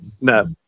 No